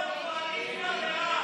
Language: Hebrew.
סעיף 5,